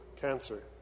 cancer